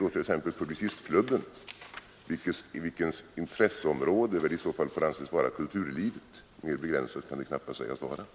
Men tag exempelvis Publicistklubben. Dess intresseområde får väl ändå anses vara kulturlivet. Så särskilt begränsat kan väl ”det egna intresseområdet” här inte sägas vara.